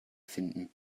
finden